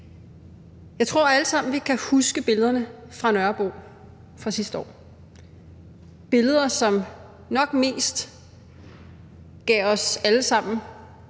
Jeg tror, at vi alle sammen kan huske billederne fra Nørrebro sidste år. Det var billeder, som nok mest gav os alle sammen